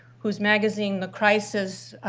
whose magazine, the crisis,